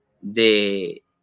de